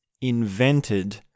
invented